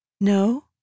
No